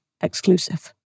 exclusive